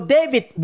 David